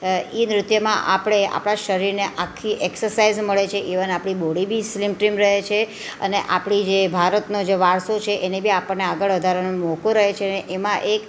એ નૃત્યમાં આપણે આપણા શરીરને આખી એક્સસાઇઝ મળે છે ઇવન આપણી બોડી બી સ્લીમ ટ્રીમ રહે છે અને આપણી જે ભારતનો જે વારસો છે એને બી આપણને આગળ વધારવાનો મોકો રહે છે ને એમાં એક